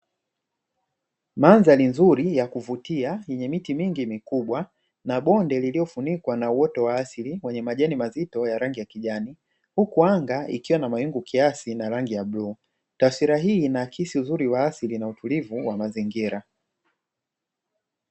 Mandhari nzuri ya kuvutia yenye miti mingi mikubwa na bonde lililofunikwa na wote wa asili mwenye majani mazito ya rangi ya kijani, huku anga ikiwa na mahingu kiasi na rangi ya bluu taswira hii na akisi uzuri wa asili na utulivu wa mazingira.